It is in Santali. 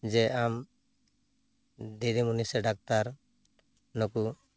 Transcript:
ᱡᱮ ᱟᱢ ᱫᱤᱫᱤᱢᱚᱱᱤ ᱥᱮ ᱰᱟᱠᱛᱟᱨ ᱱᱩᱠᱩ